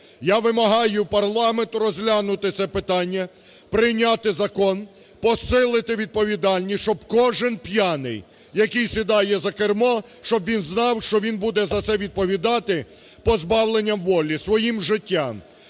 Я вимагаю парламент розглянути це питання, прийняти закон, посилити відповідальність, щоб кожен п'яний, який сідає за кермо, щоб він знав, що він буде за це відповідати, позбавленням волі, своїм життям.